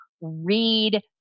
read